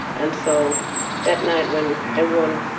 and so that night when everyone